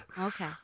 Okay